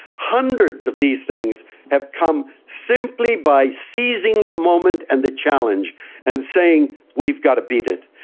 hundreds of these things have come simply by seizing the moment and the challenge and saying we've got to beat it.